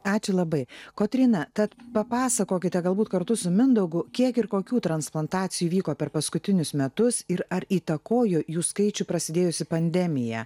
ačiū labai kotryna tad papasakokite galbūt kartu su mindaugu kiek ir kokių transplantacijų įvyko per paskutinius metus ir ar įtakojo jų skaičių prasidėjusi pandemija